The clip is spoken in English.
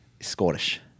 Scottish